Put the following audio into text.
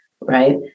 right